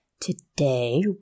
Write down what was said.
Today